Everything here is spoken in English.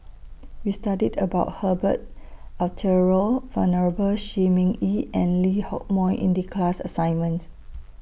We studied about Herbert Eleuterio Venerable Shi Ming Yi and Lee Hock Moh in The class assignment